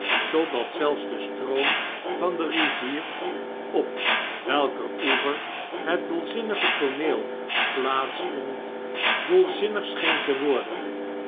totdat zelfs de stroom van de rivier op welker oever het dolzinnige tooneel plaats vond dolzinnig scheen te worden